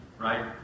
right